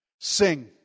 Sing